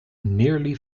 nearly